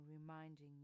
reminding